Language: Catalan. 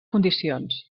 condicions